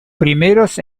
primeros